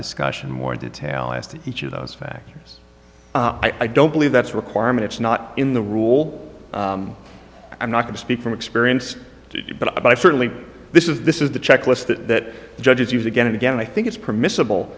discussion more detail as to each of those factors i don't believe that's a requirement it's not in the rule i'm not going to speak from experience to you but i certainly this is this is the checklist that judges use again and again i think it's permissible